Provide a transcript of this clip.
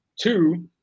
two